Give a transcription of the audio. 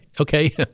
okay